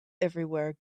everywhere